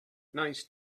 nice